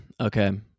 Okay